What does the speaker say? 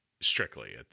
Strictly